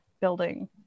building